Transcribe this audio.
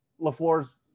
LaFleur's